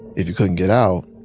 if you couldn't get out,